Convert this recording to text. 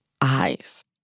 eyes